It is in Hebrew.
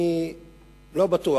אני לא בטוח,